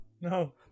no